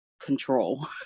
control